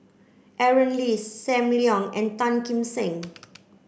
Aaron Lee Sam Leong and Tan Kim Seng